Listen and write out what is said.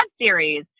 series